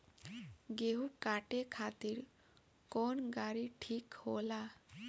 गेहूं काटे खातिर कौन गाड़ी ठीक होला?